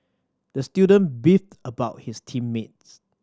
the student beefed about his team mates